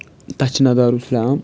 تَتھ چھُ ناو